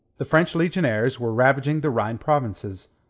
the french legionaries were ravaging the rhine provinces,